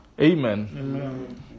Amen